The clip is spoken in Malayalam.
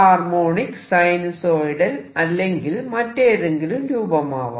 ഹാർമോണിക് സൈനുസോയിഡൽ അല്ലെങ്കിൽ മറ്റേതെങ്കിലും രൂപമാവാം